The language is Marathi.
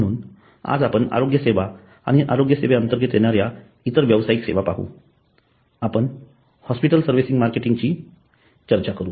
म्हणून आज आपण आरोग्य सेवा आणि आरोग्य सेवे अंतर्गत येणाऱ्या इतर व्यावसायिक सेवा पाहू आपण हॉस्पिटल सर्व्हिसेस मार्केटिंग ची चर्चा करू